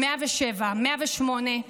107, 108,